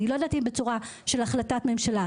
אני לא יודעת אם בצורה של החלטת ממשלה,